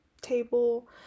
table